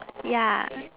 ya